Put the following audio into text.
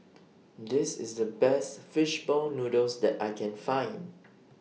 This IS The Best Fish Ball Noodles that I Can Find